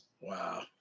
wow